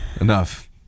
enough